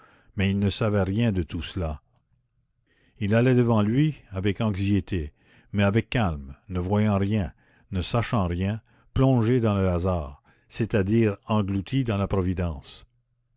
mais il ne savait rien de tout cela il allait devant lui avec anxiété mais avec calme ne voyant rien ne sachant rien plongé dans le hasard c'est-à-dire englouti dans la providence